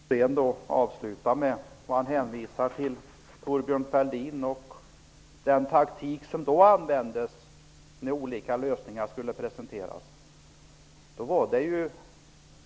Herr talman! Rune Thorén avlutade med att hänvisa till Thorbjörn Fälldin och den taktik som användes på hans tid när olika lösningar skulle presenteras.